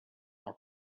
are